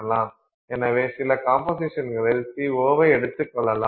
எனவே சில கம்போசிஷன்களில் C0 ஐ எடுத்துக் கொள்வோம்